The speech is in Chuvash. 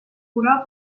хура